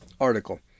article